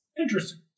Interesting